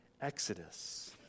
Exodus